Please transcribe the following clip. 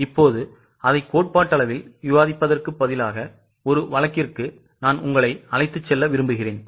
இப் போது அதை கோட்பாட்டளவில் விவாதிப்பதற்கு பதிலாக ஒரு வழக்கிற்கு உங்களை அழைத்துச் செல்ல விரும்புகிறேன்